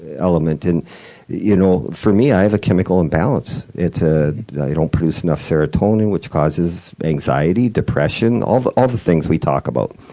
element and you know for me, i have a chemical imbalance. i ah don't produce enough serotonin, which causes anxiety, depression, all the all the things we talk about.